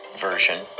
version